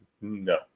No